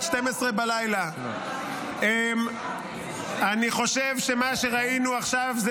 24:00. אני חושב שמה שראינו עכשיו זה